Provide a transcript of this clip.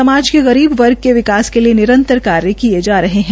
समाज के गरीब वर्ग के विकास के लिए निरंतर कार्य किये जा रहे हैं